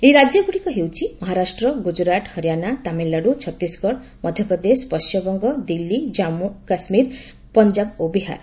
ଏହି ରାଜ୍ୟଗୁଡିକ ହେଉଛି ମହାରାଷ୍ଟ୍ର ଗୁଜରାଟ ହରିୟାଣା ତାମିଲନାଡୁ ଛତିଶଗଡ ମଧ୍ୟପ୍ରଦେଶ ପଶ୍ଚିମବଙ୍ଗ ଦିଲ୍ଲୀ ଜାମ୍ମୁ ଓ କାଶ୍ମୀର ପଞ୍ଜାବ ଓ ବିହାର